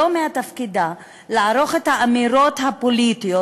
לא מתפקידה לערוך את האמירות הפוליטיות